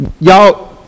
Y'all